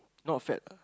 not fat ah